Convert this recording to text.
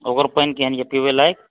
ओकर पानि केहन यऽ पीबै लायक